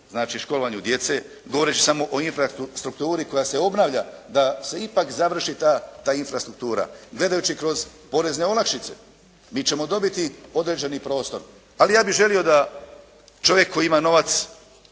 znači školovanju djece. Govoreći samo o infrastrukturi koja se obnavlja da se ipak završi ta infrastruktura. Gledajući kroz porezne olakšice mi ćemo dobiti određeni prostor, ali ja bih želio da čovjek koji ima novac